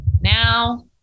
Now